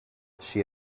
she